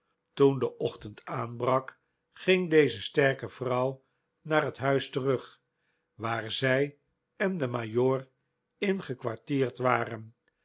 toen de ochtend aanbrak ging deze sterke vrouw naar het huis terug waar zij en de majoor ingekwartierd waren